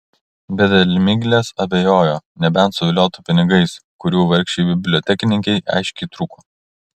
bet dėl miglės abejojo nebent suviliotų pinigais kurių vargšei bibliotekininkei aiškiai trūko